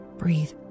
Breathe